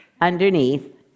underneath